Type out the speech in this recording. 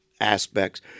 aspects